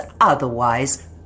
otherwise